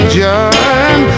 join